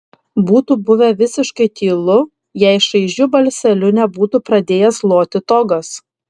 būtų buvę visiškai tylu jei šaižiu balseliu nebūtų pradėjęs loti togas